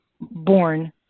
born